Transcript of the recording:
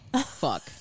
fuck